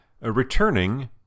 Returning